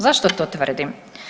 Zašto to tvrdim?